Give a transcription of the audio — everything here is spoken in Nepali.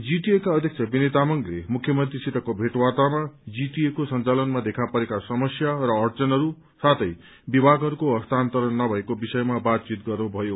जीटिए का अध्यक्ष विनय तामंगले मुख्यमंत्रीसितको भेटवार्तामा जीटिएको संचालनमा देखपरेका समस्या र अड़चनहरू सागि विभागहरूको हस्तान्तरण नभएको विषयमा बातचित गर्नुभयो